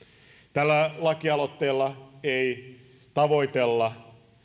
tällä lakialoitteella ei tavoitella